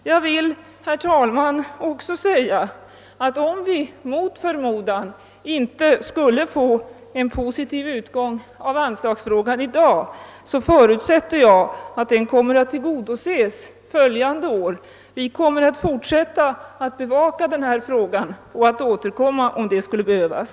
Jag vill, herr talman, tillägga att om anslagsfrågan mot förmodan inte skulle få en positiv lösning i dag, förutsätter jag att vårt önskemål kommer att tillgodoses följande år. Vi kommer att fortsätta att bevaka denna fråga, och vi återkommer om det skulle behövas.